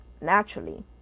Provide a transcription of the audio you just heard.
naturally